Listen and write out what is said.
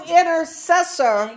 intercessor